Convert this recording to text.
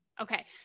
okay